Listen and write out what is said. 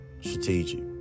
strategic